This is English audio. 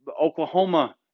Oklahoma